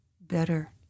better